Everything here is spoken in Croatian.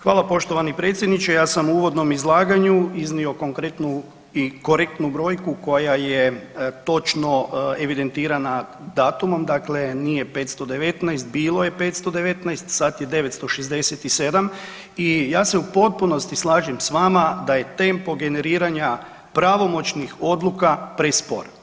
Hvala poštovani predsjedniče, ja sam u uvodnom izlaganju iznio konkretnu i korektnu brojku koja je točno evidentirana datumom, dakle nije 519, bilo je 519, sad je 967 i ja se potpunosti slažem s vama da je tempo generiranja pravomoćnih odluka prespor.